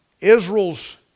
Israel's